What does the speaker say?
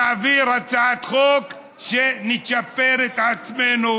נעביר הצעת חוק שנצ'פר את עצמנו.